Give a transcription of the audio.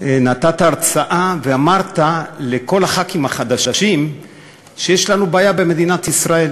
נתת הרצאה ואמרת לכל חברי הכנסת החדשים שיש לנו בעיה במדינת ישראל: